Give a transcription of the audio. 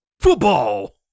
Football